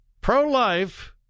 Pro-life